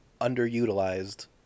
underutilized